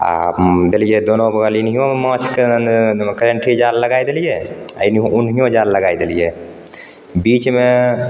आ देलिए दोनो बगल एनेहियो माछ करेंटी जाल लगाय देलिए आ ओनेहियो जाल लगाय देलिए बीचमे